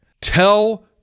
Tell